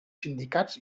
sindicats